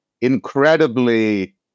incredibly